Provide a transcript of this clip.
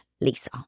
Lisa